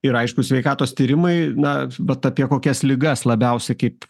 ir aišku sveikatos tyrimai na bet apie kokias ligas labiausiai kaip